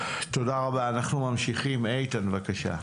אנחנו ממשיכים, איתן בבקשה.